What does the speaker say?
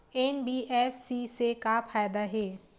NBFC से का फ़ायदा हे?